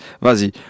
Vas-y